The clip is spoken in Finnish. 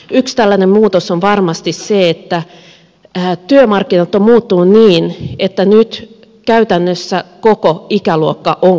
yksi tällainen muutos on varmasti se että työmarkkinat ovat muuttuneet niin että nyt käytännössä koko ikäluokka on koulutettava